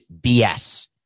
BS